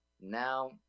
Now